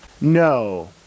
No